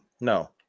No